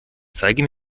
zeige